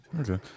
Okay